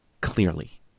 Clearly